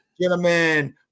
Gentlemen